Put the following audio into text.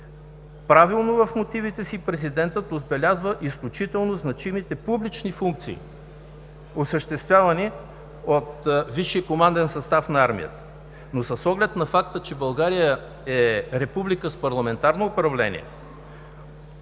Правилно в мотивите си президентът отбелязва изключително значимите публични функции, осъществявани от висшия команден състав на армията, но с оглед на факта, че България е република с парламентарно управление,